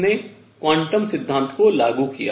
इसने क्वांटम सिद्धांत को लागू किया